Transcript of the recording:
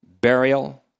burial